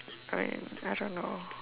alright I don't know